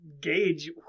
gauge